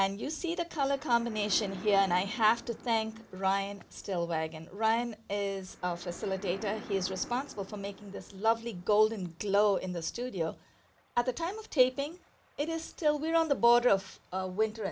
and you see the color combination again i have to thank ryan still a bag and ryan is a facilitator he is responsible for making this lovely golden glow in the studio at the time of taping it is still there on the border of winter